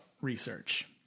research